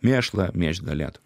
mėšlą mėžt galėtų